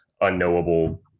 unknowable